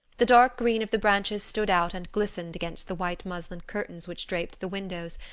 the dark green of the branches stood out and glistened against the white muslin curtains which draped the windows,